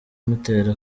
mutera